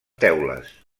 teules